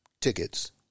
tickets